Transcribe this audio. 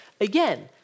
Again